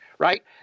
Right